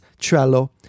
Trello